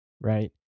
right